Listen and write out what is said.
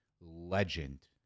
legend